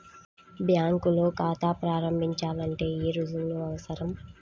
బ్యాంకులో ఖాతా ప్రారంభించాలంటే ఏ రుజువులు అవసరం?